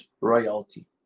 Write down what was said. royalty